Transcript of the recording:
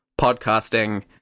podcasting